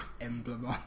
emblem